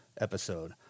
episode